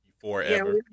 Forever